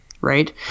right